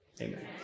amen